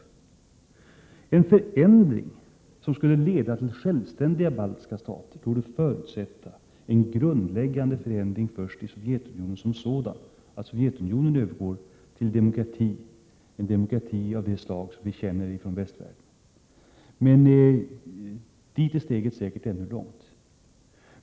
Den förändring som skulle leda till självständiga baltiska stater torde förutsätta att det först sker en grundläggande förändring i Sovjetunionen som sådan, dvs. att Sovjetunionen går över till en demokrati av det slag som vi känner från västvärlden. Men dit är steget säkert ännu långt.